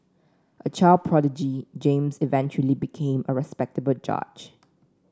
a child prodigy James eventually became a respected judge